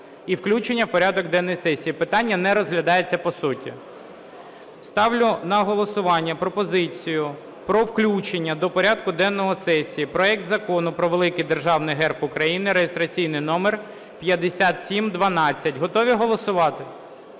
і включення в порядок денний сесії. Питання не розглядається по суті. Ставлю на голосування пропозицію про включення до порядку денного сесії проект Закону про великий Державний Герб України (реєстраційний номер 5712). Готові голосувати?